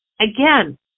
again